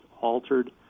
altered